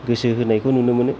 गोसो होनायखौ नुनो मोनो